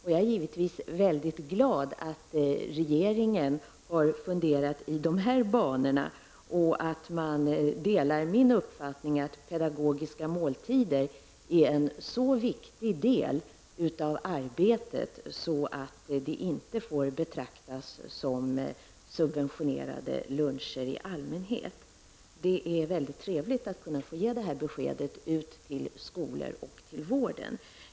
Jag är givetvis glad att regeringen har funderat i de här banorna och att man delar min uppfattning att pedagogiska måltider är en så viktig del av arbetet att de inte får betraktas som subventionerade luncher i allmänhet. Det är trevligt att kunna lämna det här beskedet vidare till skolor och vårdinrättningar.